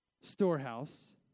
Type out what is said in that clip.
storehouse